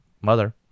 mother